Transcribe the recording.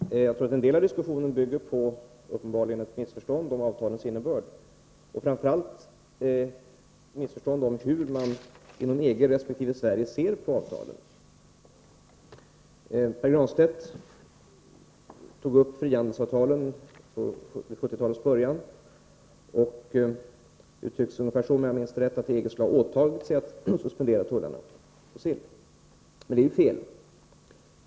Herr talman! En del av diskussionen bygger uppenbarligen på ett missförstånd om avtalens innebörd och framför allt ett missförstånd om hur man inom EG resp. Sverige ser på avtalen. Pär Granstedt tog upp frihandelsavtalen från 1970-talets början och uttryckte sig ungefär så, att EG skulle ha åtagit sig att suspendera tullarna på sill. Men det är fel.